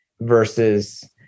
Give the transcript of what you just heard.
versus